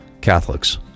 Catholics